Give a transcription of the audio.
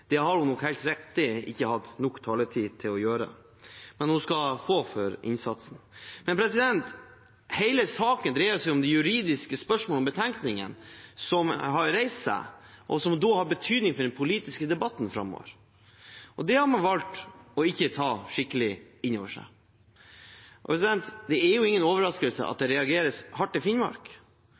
Det har hun nok helt riktig ikke hatt nok taletid til å gjøre, men hun skal få for innsatsen. Hele saken dreier seg om det juridiske spørsmålet om de betenkningene som er reist, og som har betydning for den politiske debatten framover. Det har man valgt ikke å ta skikkelig inn over seg. Det er jo ingen overraskelse at det reageres hardt i Finnmark